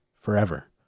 forever